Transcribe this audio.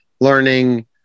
learning